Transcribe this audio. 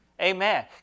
Amen